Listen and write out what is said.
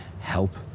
help